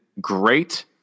great